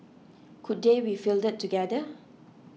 could they be fielded together